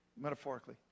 metaphorically